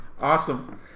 Awesome